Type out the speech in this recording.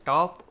Top